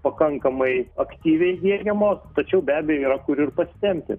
pakankamai aktyviai diegiamos tačiau be abejo yra kur ir pasitempti